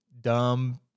dumb